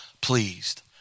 pleased